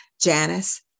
Janice